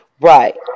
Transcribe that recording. right